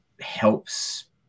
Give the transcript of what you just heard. helps